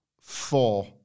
Four